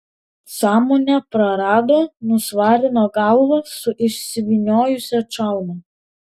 sąmonę prarado nusvarino galvą su išsivyniojusia čalma